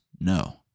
no